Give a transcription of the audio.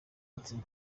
ati